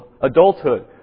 adulthood